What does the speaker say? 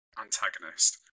antagonist